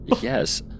yes